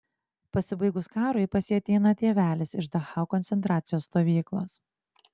pasibaigus karui pas jį ateina tėvelis iš dachau koncentracijos stovyklos